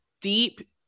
deep